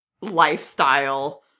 lifestyle